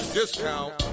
discount